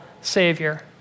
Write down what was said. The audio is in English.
savior